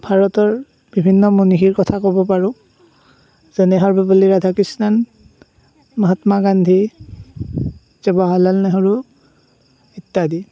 ভাৰতৰ বিভিন্ন মনীষীৰ কথা ক'ব পাৰোঁ যেনে সৰ্বপল্লী ৰাধাকৃষ্ণণ মহাত্মা গান্ধী জৱাহৰলাল নেহৰু ইত্যাদি